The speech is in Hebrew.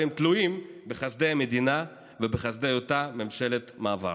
והם תלויים בחסדי המדינה ובחסדי אותה ממשלת מעבר.